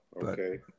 okay